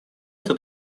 это